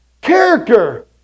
Character